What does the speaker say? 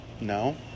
No